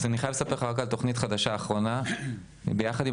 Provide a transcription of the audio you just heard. אז אני יכול לספר לך גם על תכנית חדשה לאחרונה ביחד עם